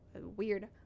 Weird